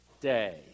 day